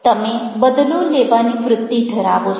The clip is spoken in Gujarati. તમે બદલો લેવાની વૃત્તિ ધરાવો છો